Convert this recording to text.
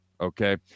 okay